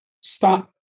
stop